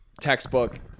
textbook